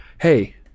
Hey